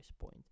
point